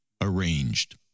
arranged